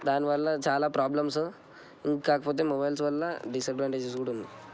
దానివల్ల చాలా ప్రాబ్లమ్స్ ఇంకాకపోతే మొబైల్స్ వల్ల డిసడ్వాంటేజెస్ కూడా ఉన్నాయి